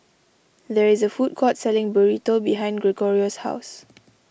there is a food court selling Burrito behind Gregorio's house